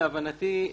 להבנתי,